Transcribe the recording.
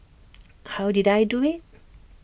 how did I do IT